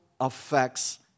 affects